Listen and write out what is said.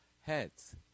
heads